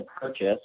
purchase